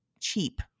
cheap